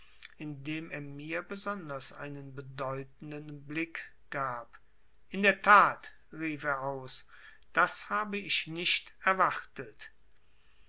indem er mir besonders einen bedeutenden blick gab in der tat rief er aus das habe ich nicht erwartet